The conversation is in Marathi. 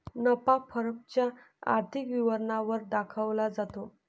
नफा फर्म च्या आर्थिक विवरणा वर दाखवला जातो